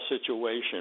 situation